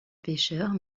pêcheurs